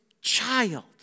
child